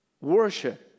worship